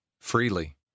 freely